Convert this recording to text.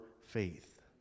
faith